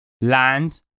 Land